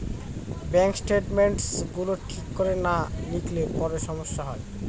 bank statements গুলো ঠিক করে না লিখলে পরে সমস্যা হয়